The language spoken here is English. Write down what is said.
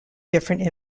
different